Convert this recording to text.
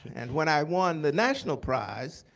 and when i won the national prize,